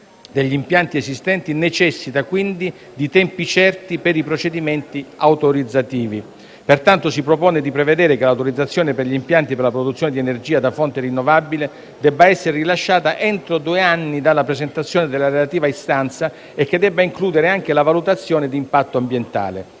negli impianti esistenti necessita quindi di tempi certi per i procedimenti autorizzativi. Si propone dunque di prevedere che l'autorizzazione per gli impianti per la produzione di energia da fonte rinnovabile debba essere rilasciata entro due anni dalla presentazione della relativa istanza e che debba includere anche la valutazione d'impatto ambientale.